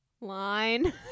Line